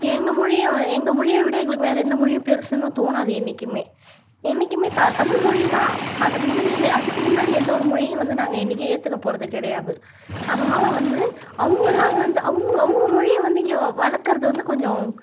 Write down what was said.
எங்கள் மொழியை வ எங்கள் மொழியை விட வேறு எந்த மொழியும் பெருசுன்னும் தோணாது என்றைனைக்குமே என்றைக்குமே த தமிழ் மொழி தான் அது முன்னிலை அதுக்கு முன்னாடி எந்த ஒரு மொழியும் நாங்கள் என்றைக்கும் ஏற்றுக்க போகிறது கிடையாது அதனால் வந்து அவங்கள்லாம் வந்து அவங்க அவங்க மொழியை வந்து இங்கே வளர்க்கறது வந்து கொஞ்சம்